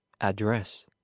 address